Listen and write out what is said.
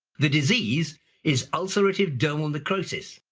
the disease is ulcerative dermal necrosis,